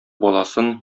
баласын